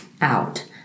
out